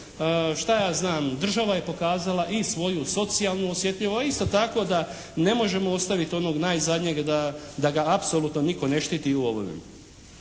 šta ja znam država je pokazala i svoju socijalnu osjetljivost, a isto tako da ne možemo ostaviti onog najzadnjeg da ga apsolutno nitko ne štiti u